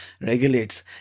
regulates